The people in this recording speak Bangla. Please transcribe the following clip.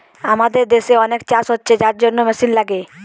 আমাদের দেশে অনেক চাষ হচ্ছে যার জন্যে মেশিন লাগে